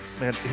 man